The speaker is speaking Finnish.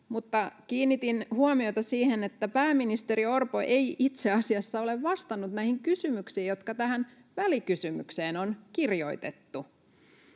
kiinnitin huomiota siihen, että pääministeri Orpo ei itse asiassa ole vastannut näihin kysymyksiin, jotka tähän välikysymykseen on kirjoitettu.